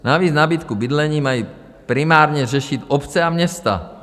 Navíc nabídku bydlení mají primárně řešit obce a města.